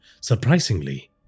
surprisingly